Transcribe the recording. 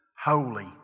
holy